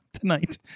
tonight